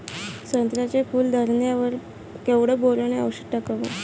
संत्र्याच्या फूल धरणे वर केवढं बोरोंन औषध टाकावं?